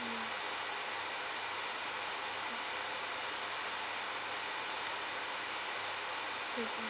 mm